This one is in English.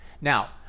Now